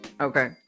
Okay